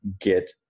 get